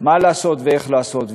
מה לעשות ואיך לעשות.